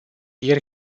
ieri